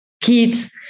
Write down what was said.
kids